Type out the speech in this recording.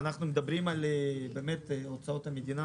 אנחנו מדברים על הוצאות המדינה